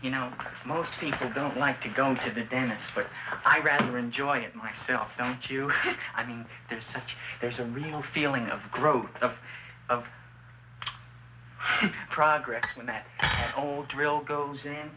you know most people don't like to going to the dentist but i rather enjoy it myself don't you i mean there's such there's a real feeling of growth of progress when that old drill goes in